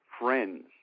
friends